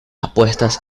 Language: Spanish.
apuestas